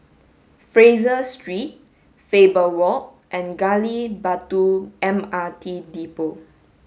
Fraser Street Faber Walk and Gali Batu M R T Depot